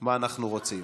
מה אנחנו רוצים.